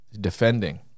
Defending